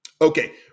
Okay